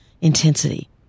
intensity